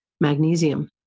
magnesium